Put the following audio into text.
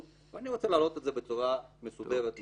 ואני רוצה להעלות את זה בצורה מסודרת מאוד.